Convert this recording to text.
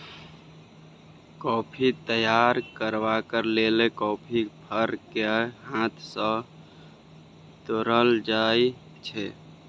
coffee तैयार करबाक लेल कॉफी फर केँ हाथ सँ तोरल जाइ छै